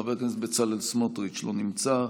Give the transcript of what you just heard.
חבר הכנסת בצלאל סמוטריץ' לא נמצא,